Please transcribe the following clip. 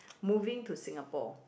moving to Singapore